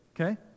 okay